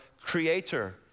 creator